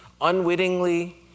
unwittingly